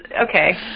Okay